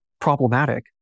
problematic